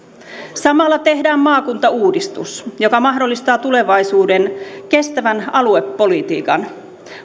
samalla tehdään maakuntauudistus joka mahdollistaa tulevaisuuden kestävän aluepolitiikan